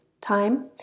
time